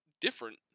different